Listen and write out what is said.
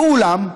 ואולם,